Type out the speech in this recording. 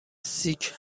سیک